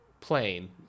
plane